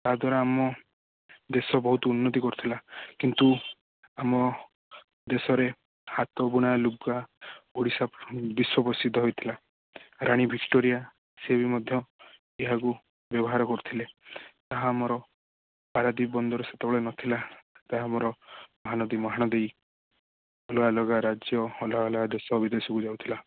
ତା ଦ୍ଵାରା ଆମ ଦେଶ ବହୁତ ଉନ୍ନତି କରିଥିଲା କିନ୍ତୁ ଆମ ଦେଶରେ ହାତ ବୁଣା ଲୁଗା ଓଡ଼ିଶା ବିଶ୍ୱ ପ୍ରସିଦ୍ଧ ହେଇଥିଲା ରାଣୀ ଭିକ୍ଟୋରିଆ ସିଏ ବି ମଧ୍ୟ ଏହାକୁ ବ୍ୟବହାର କରୁଥିଲେ ତାହା ଆମର ପାରାଦ୍ବୀପ ବନ୍ଦର ସେତେବେଳେ ନଥିଲା ତାହା ଆମର ମହାନଦୀ ଅଲଗା ଅଲଗା ରାଜ୍ୟ ଅଲଗା ଅଲଗା ଦେଶ ବିଦେଶକୁ ଯାଉଥିଲା